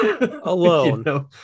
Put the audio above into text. alone